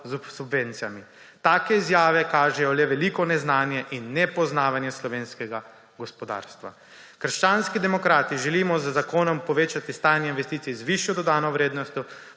s subvencijami. Take izjave kažejo veliko neznanje in nepoznavanje slovenskega gospodarstva. Krščanski demokrati želimo z zakonom povečati stanje investicij z višjo dodatno vrednostjo